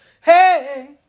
hey